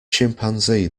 chimpanzee